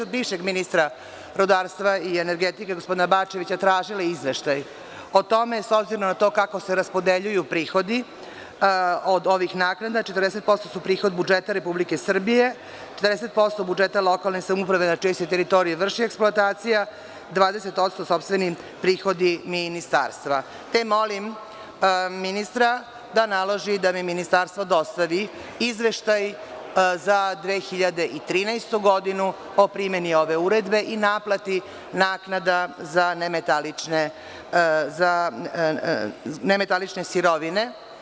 Od bivšeg ministra rudarstva i energetike, gospodina Bačevića, tražila sam izveštaj o tome, s obzirom na to kako se raspodeljuju prihodi od ovih naknada: 40% su prihod budžeta Republike Srbije, 40% budžeta lokalne samouprave na čijoj se teritoriji vrši eksploatacija, 20% sopstveni prihodi ministarstva, te molim ministra da naloži da mi Ministarstvo dostavi izveštaj za 2013. godinu o primeni ove uredbe i naplati naknada za nemetalične sirovine.